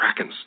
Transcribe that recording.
Krakens